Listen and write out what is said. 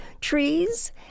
trees